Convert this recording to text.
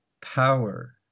power